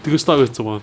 丢 stop 又怎么